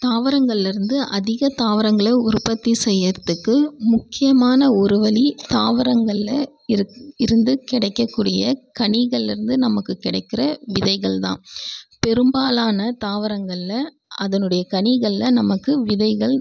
தாவரங்கள்லேருந்து அதிக தாவரங்களை உற்பத்தி செய்கிறதுக்கு முக்கியமான ஒரு வழி தாவரங்களில் இரு இருந்து கிடைக்கக்கூடிய கனிகள்லேருந்து நமக்கு கிடைக்கிற விதைகள் தான் பெரும்பாலான தாவரங்களில் அதனுடைய கனிகளில் நமக்கு விதைகள்